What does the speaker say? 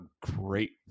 great